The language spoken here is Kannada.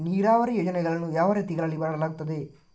ನೀರಾವರಿ ಯೋಜನೆಗಳನ್ನು ಯಾವ ರೀತಿಗಳಲ್ಲಿ ಮಾಡಲಾಗುತ್ತದೆ?